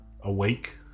awake